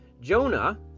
Jonah